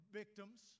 victims